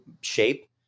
shape